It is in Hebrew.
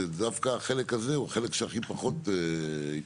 שדווקא החלק הזה הוא החלק שהכי פחות התפתח